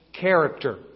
character